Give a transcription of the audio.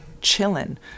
chilling